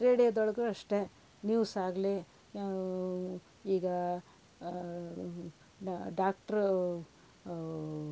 ರೇಡಿಯೋದೊಳಗೂ ಅಷ್ಟೇ ನ್ಯೂಸ್ ಆಗ್ಲಿ ಈಗ ಡಾಕ್ಟ್ರ